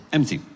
Empty